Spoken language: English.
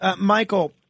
Michael